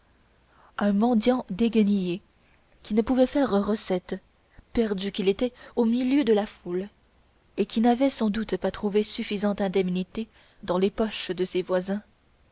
un mendiant déguenillé qui ne pouvait faire recette perdu qu'il était au milieu de la foule et qui n'avait sans doute pas trouvé suffisante indemnité dans les poches de ses voisins